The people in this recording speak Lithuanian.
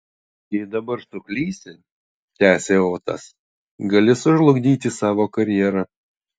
jei dabar suklysi tęsė otas gali sužlugdyti savo karjerą